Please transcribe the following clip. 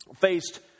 faced